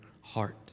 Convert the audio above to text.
heart